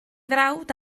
frawd